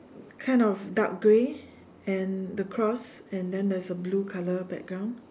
kind of dark grey and the cross and then there is a blue colour background